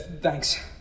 thanks